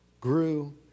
grew